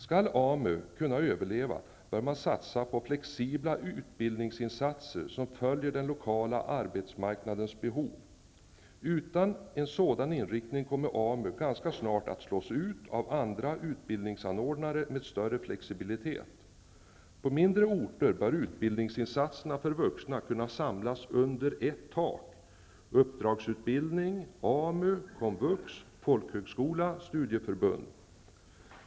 Skall AMU kunna överleva bör man satsa på flexibla utbildningsinsatser som följer den lokala arbetsmarknadens behov. Utan en sådan inriktning kommer AMU ganska snart att slås ut av andra utbildningsanordnare med större flexibilitet. På mindre orter bör utbildningsinsatserna för vuxna kunna samlas under ett tak: uppdragsutbildning, AMU, komvux, folkhögskola och studieförbund.